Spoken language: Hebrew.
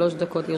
שלוש דקות לרשותך.